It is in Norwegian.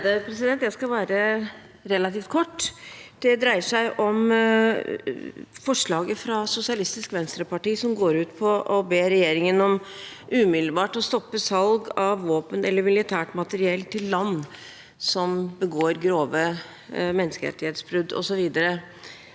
Jeg skal være relativt kort. Det dreier seg om forslaget fra Sosialistisk Venstreparti, som går ut på å be regjeringen om umiddelbart å stoppe salg av våpen eller militært materiell til land som begår grove menneskerettighetsbrudd osv.